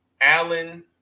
Allen